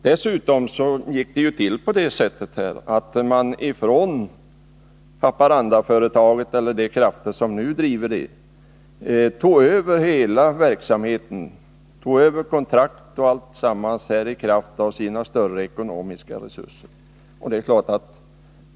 Dessutom gick det till så att de krafter som nu driver Haparandaföretaget tog över hela verksamheten — kontrakt och alltsammans — i kraft av sina större ekonomiska resurser.